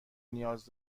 نیاز